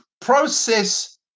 process